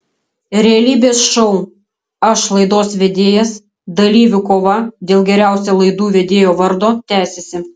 realybės šou aš laidos vedėjas dalyvių kova dėl geriausio laidų vedėjo vardo tęsiasi